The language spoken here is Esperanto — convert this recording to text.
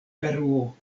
peruo